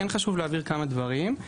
כן חשוב להבהיר כמה דברים.